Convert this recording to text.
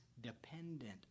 dependent